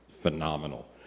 phenomenal